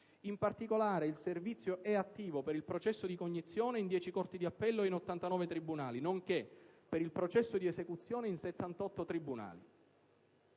In particolare, il servizio è attivo per il processo di cognizione in 10 corti di appello e in 89 tribunali, nonché, per il processo di esecuzione, in 78 tribunali.